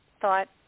thought